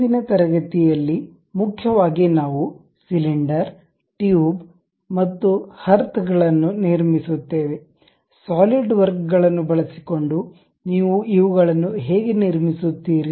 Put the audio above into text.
ಇಂದಿನ ತರಗತಿಯಲ್ಲಿ ಮುಖ್ಯವಾಗಿ ನಾವು ಸಿಲಿಂಡರ್ ಟ್ಯೂಬ್ ಮತ್ತು ಹರ್ಥ್ ಗಳನ್ನು ನಿರ್ಮಿಸುತ್ತೇವೆ ಸಾಲಿಡ್ವರ್ಕ್ಗಳನ್ನು ಬಳಸಿಕೊಂಡು ನೀವು ಇವುಗಳನ್ನು ಹೇಗೆ ನಿರ್ಮಿಸುತ್ತೀರಿ